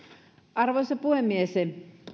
arvoisa puhemies